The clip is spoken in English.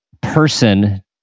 person